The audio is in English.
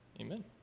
amen